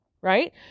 right